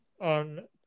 on